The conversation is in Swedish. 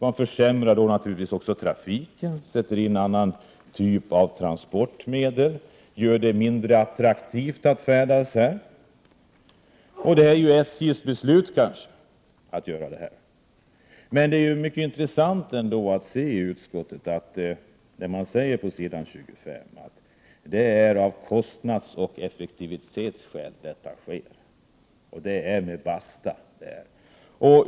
Man försämrar trafiken, sätter in annan typ av transportmedel, gör det mindre attraktivt att färdas här. Det är SJ:s beslut att göra så. Det är ändå mycket intressant att notera det som sägs i utskottsbetänkandet på s. 25, att detta sker av kostnadsoch effektivitetsskäl.